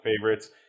favorites